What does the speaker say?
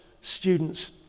students